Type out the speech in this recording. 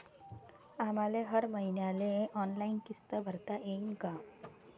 आम्हाले हर मईन्याले ऑनलाईन किस्त भरता येईन का?